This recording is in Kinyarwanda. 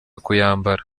kuyambara